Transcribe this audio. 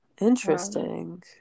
Interesting